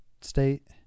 State